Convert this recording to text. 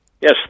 Yes